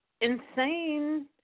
insane